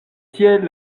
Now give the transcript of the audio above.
tiel